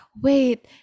wait